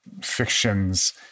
fictions